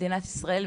מדינת ישראל,